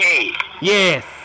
yes